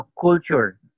culture